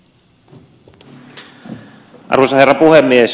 arvoisa herra puhemies